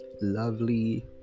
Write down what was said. lovely